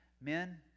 Men